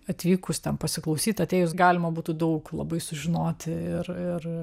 atvykus ten pasiklausyt atėjus galima būtų daug labai sužinoti ir ir